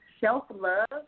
Self-love